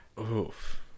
oof